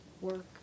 work